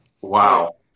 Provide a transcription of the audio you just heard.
Wow